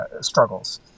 struggles